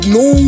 no